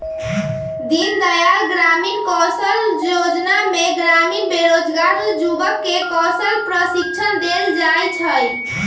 दीनदयाल ग्रामीण कौशल जोजना में ग्रामीण बेरोजगार जुबक के कौशल प्रशिक्षण देल जाइ छइ